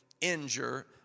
injure